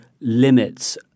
limits